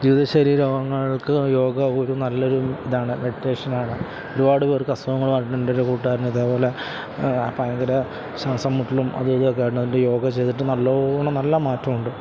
ജീവിതശൈലി രോഗങ്ങള്ക്ക് യോഗ ഒരു നല്ല ഒരു ഇതാണ് മെഡിറ്റേഷൻ ആണ് ഒരുപാട് പേര്ക്ക് അസുഖങ്ങൾ മാറിയിട്ടുണ്ട് എൻ്റെ ഒരു കൂട്ടുകാരൻ ഇതേപോലെ ഭയങ്കര ശ്വാസംമുട്ടലും അതും ഇതും ഒക്കെയായിട്ട് എന്നിട്ട് യോഗ ചെയ്തിട്ട് നല്ലവണ്ണം നല്ല മാറ്റം ഉണ്ട്